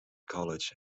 college